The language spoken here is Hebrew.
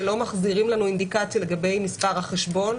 שלא מחזירים לנו אינדיקציה לגבי מספר החשבון